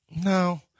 No